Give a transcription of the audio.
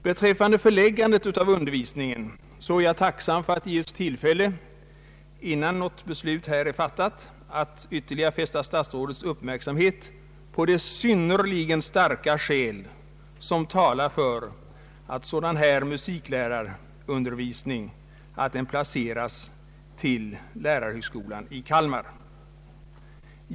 Beträffande förläggandet av utbildningen är jag tacksam för att det givits tillfälle, innan något beslut är fattat, att ytterligare fästa statsrådets uppmärksamhet på de synnerligen starka skäl som talar för att en sådan här musiklärarutbildning förlägges till lärarhögskolan i Kalmar.